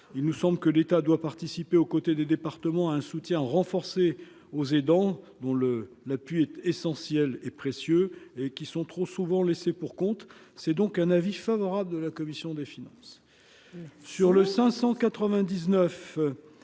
Il nous semble que l'État doit participer aux côtés des départements à un soutien renforcé aux aidants, dont le l'appui essentiel et précieux et qui sont trop souvent laissés pour compte, c'est donc un avis favorable de la commission des finances